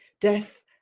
Death